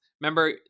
remember